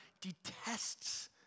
detests